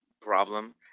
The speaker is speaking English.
problem